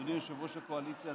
אדוני יושב-ראש הקואליציה,